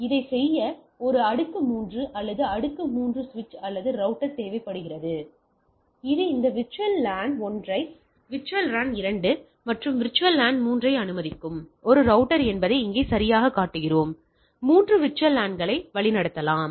இதைச் செய்ய ஒரு அடுக்கு 3 அல்லது அடுக்கு 3 சுவிட்ச் அல்லது ரௌட்டர் தேவைப்படுகிறது இது இந்த VLAN 1 VLAN 2 மற்றும் VLAN 3 ஐ அனுமதிக்கும் ஒரு ரௌட்டர் என்பதை இங்கே சரியாகக் காட்டுகிறோம் 3 VLAN களை வழிநடத்தலாம்